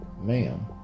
ma'am